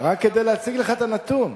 רק כדי להציג לך את הנתון.